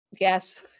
yes